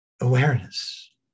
awareness